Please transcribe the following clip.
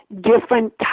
different